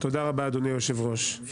תודה רבה, אדוני היושב ראש.